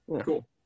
cool